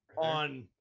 on